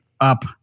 up